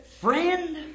friend